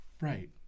Right